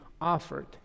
offered